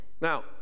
Now